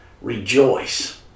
rejoice